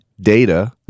data